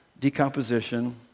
decomposition